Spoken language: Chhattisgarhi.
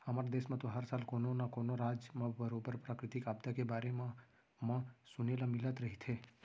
हमर देस म तो हर साल कोनो न कोनो राज म बरोबर प्राकृतिक आपदा के बारे म म सुने ल मिलत रहिथे